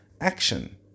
action